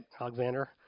Alexander